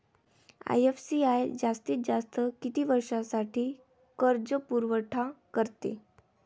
IFCI जास्तीत जास्त किती वर्षासाठी कर्जपुरवठा करते?